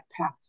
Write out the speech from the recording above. path